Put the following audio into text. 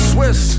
Swiss